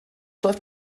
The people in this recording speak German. läuft